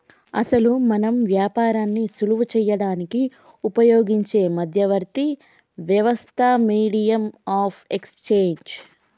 అసలు మనం వ్యాపారాన్ని సులువు చేయడానికి ఉపయోగించే మధ్యవర్తి వ్యవస్థ మీడియం ఆఫ్ ఎక్స్చేంజ్